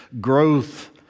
growth